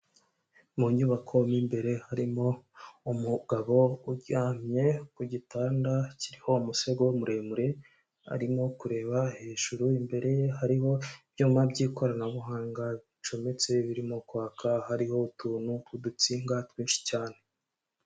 Mu nyubako mo imbere harimo umugabo uryamye ku gitanda kiriho umusego muremure, arimo kureba hejuru imbere ye hariho ibyuma by'ikoranabuhanga bicometse birimo kwaka hariho utuntu tw'udutsinga twinshi cyane.